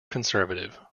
conservative